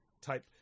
type